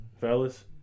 Fellas